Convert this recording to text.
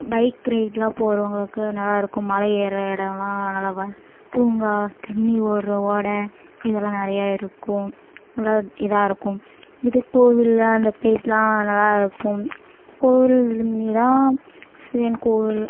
bike ரைடுலாம் போகிறவங்களுக்கு நல்லா இருக்கும் மலை ஏறுகிற இடலாம் நல்லா வ பூங்கா தண்ணி ஓடுற ஓடை இதெல்லாம் நிறையா இருக்கும் நல்லா இதாக இருக்கும் இது கோவில்லாம் அந்த பிளேஸ்லாம் நல்லா இருக்கும் கோவில் சிவன் கோவில்